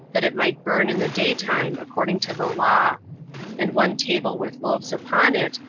that it might burn in the day time, according to the law and one table with loaves upon it,